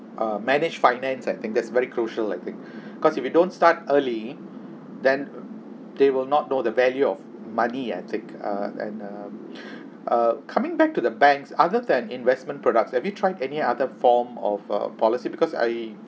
uh manage finance I think that's very crucial I think cause if you don't start early then they will not know the value of money etiquette uh and uh uh coming back to the banks other than investment products have you tried any other form of uh policy because I